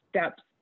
steps